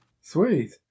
Sweet